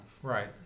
Right